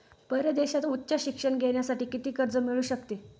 परदेशात उच्च शिक्षण घेण्यासाठी किती कर्ज मिळू शकते?